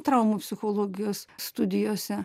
traumų psichologijos studijose